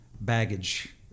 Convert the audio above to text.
baggage